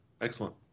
Excellent